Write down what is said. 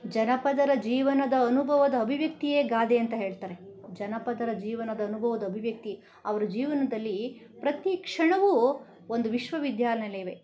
ಜನಪದರ ಜೀವನದ ಅನುಭವದ ಅಭಿವ್ಯಕ್ತಿಯೇ ಗಾದೆ ಅಂತ ಹೇಳ್ತಾರೆ ಜನಪದರ ಜೀವನದ ಅನುಭವದ ಅಭಿವ್ಯಕ್ತಿ ಅವರು ಜೀವನದಲ್ಲಿ ಪ್ರತಿಕ್ಷಣವೂ ಒಂದು ವಿಶ್ವವಿದ್ಯಾನಿಲಯವೆ